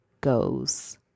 goes